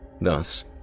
Thus